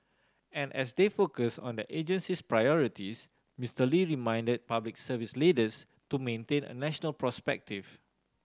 and as they focus on their agency's priorities Mister Lee reminded Public Service leaders to maintain a national perspective